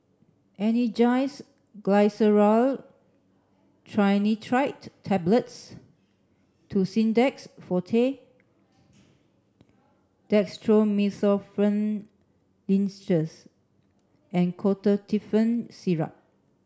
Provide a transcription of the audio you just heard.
Angised Glyceryl Trinitrate Tablets Tussidex Forte Dextromethorphan Linctus and Ketotifen Syrup